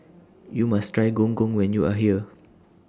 YOU must Try Gong Gong when YOU Are here